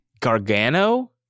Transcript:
Gargano